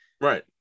Right